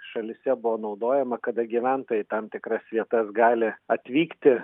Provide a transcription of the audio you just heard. šalyse buvo naudojama kada gyventojai į tam tikras vietas gali atvykti